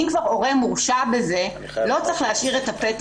אם כבר הורה מורשע בזה לא צריך להשאיר את הפתח.